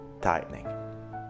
tightening